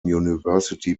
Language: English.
university